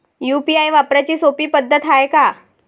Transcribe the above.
UPI वापराची सोपी पद्धत हाय का?